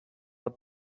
mais